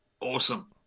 Awesome